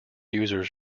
users